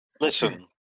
Listen